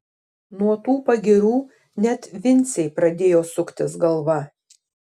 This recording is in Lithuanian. nuo tų pagyrų net vincei pradėjo suktis galva